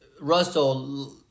Russell